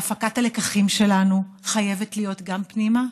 והפקת הלקחים שלנו חייבת להיות גם פנימה